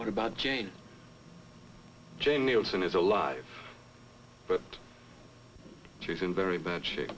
what about jane jane nielsen is alive but she's in very bad shape